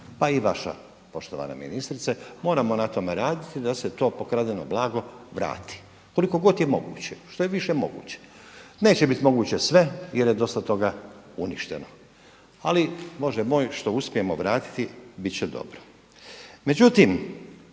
pa i vaša poštovana ministrice, moramo na tome raditi da se to pokradeno blago vrati koliko god je moguće, što je više moguće. Neće biti moguće sve jer je dosta toga uništeno. Ali Bože moj, što uspijemo vratiti biti će dobro.